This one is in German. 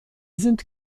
sind